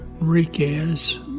Enriquez